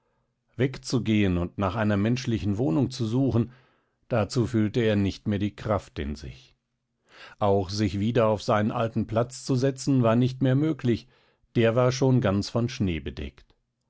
wegzugehen und nach einer menschlichen wohnung zu suchen dazu fühlte er nicht mehr die kraft in sich auch sich wieder auf seinen alten platz zu setzen war nicht mehr möglich der war schon ganz von schnee bedeckt